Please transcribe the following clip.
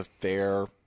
fair